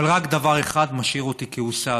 אבל רק דבר אחד משאיר אותי כעוסה,